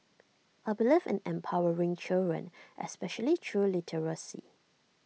I believe in empowering children especially through literacy